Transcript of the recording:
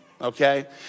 Okay